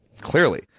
clearly